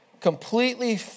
completely